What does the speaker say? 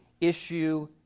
issue